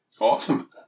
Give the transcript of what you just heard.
Awesome